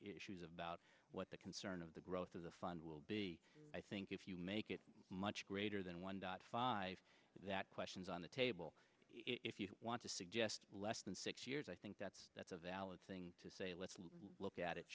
issues about what the concern of the growth of the fund will be i think if you make it much greater than one dot five that question's on the table if you want to suggest less than six years i think that's that's a valid thing to say let's look at it